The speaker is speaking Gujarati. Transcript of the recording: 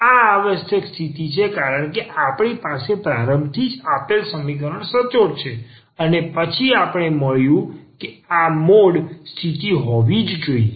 આ આવશ્યક સ્થિતિ છે કારણ કે આપણી પાસે પ્રારંભથી જ આપેલ સમીકરણ સચોટ છે અને પછી અમને મળ્યું કે આ મોડ સ્થિતિ હોવી જ જોઈએ